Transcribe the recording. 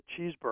cheeseburger